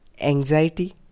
anxiety